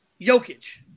Jokic